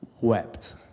wept